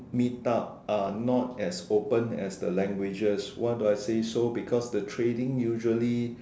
meet up are not as open as the languages why do I say so because the trading usually